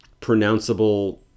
pronounceable